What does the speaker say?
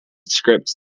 scripts